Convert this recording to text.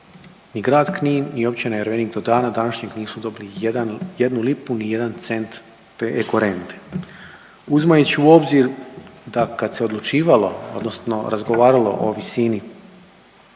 I grad Knin i općine Ervenik do dana današnjeg nisu dobili jednu lipu, ni jedan cent te ekorente. Uzimajući u obzir da kad se odlučivalo, odnosno razgovaralo o visini